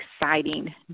exciting